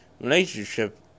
relationship